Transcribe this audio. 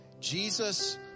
Jesus